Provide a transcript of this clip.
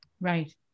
Right